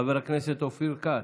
חבר הכנסת אופיר כץ,